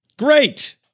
great